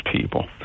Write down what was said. people